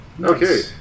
Okay